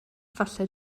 efallai